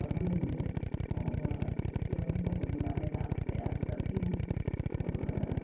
पसंद हैँ मुझे और इसलिए उन्हीं को गुनगुनाने का प्रयास करती हूँ और